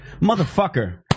motherfucker